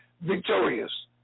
victorious